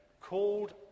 Called